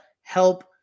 help